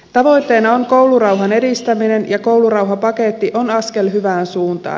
tavoitteena on koulurauhan edistäminen ja koulurauhapaketti on askel hyvään suuntaan